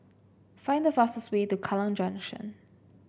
find the fastest way to Kallang Junction